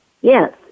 Yes